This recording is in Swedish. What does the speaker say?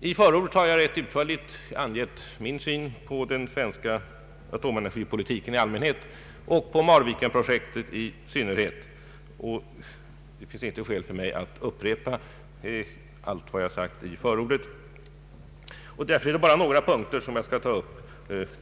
I förordet har jag utförligt angett min syn på den svenska atomenergipolitiken i allmänhet och på Marvikenprojektet i synnerhet. Det finns inget skäl att upprepa allt iag sagt i förordet Därför är det bara några punkter jag skall ta upp